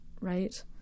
Right